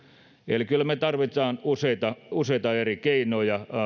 eli kyllä me tarvitsemme useita useita eri keinoja